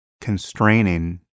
constraining